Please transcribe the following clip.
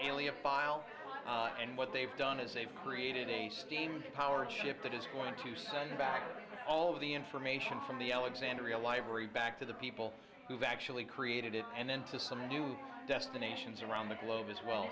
alien file and what they've done is they've created a steam powered ship that is going to send back all of the information from the alexandria library back to the people who've actually created it and then to some new destinations around the globe as well